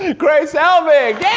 ah grace helbig. yeah!